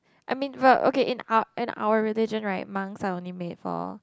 I mean but okay in our in our religion right monk are only made for